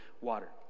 water